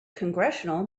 congressional